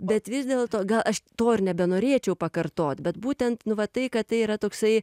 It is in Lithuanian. bet vis dėlto ga aš to ir nebenorėčiau pakartot bet būtent nu va tai kad tai yra toksai